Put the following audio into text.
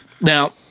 Now